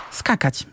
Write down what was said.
skakać